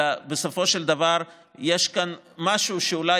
אלא בסופו של דבר יש כאן משהו שאולי